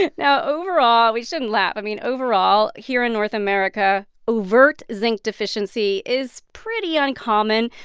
yeah now, overall we shouldn't laugh. i mean, overall, here in north america, overt zinc deficiency is pretty uncommon.